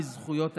מזכויות האדם.